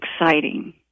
exciting